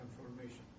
transformation